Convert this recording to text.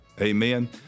Amen